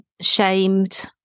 shamed